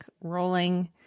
Rolling